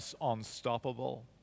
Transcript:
unstoppable